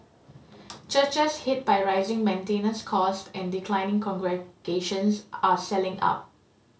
churches hit by rising maintenance cost and declining congregations are selling up